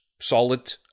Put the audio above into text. solid